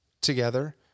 together